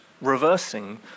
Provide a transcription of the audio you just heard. reversing